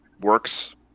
Works